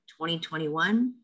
2021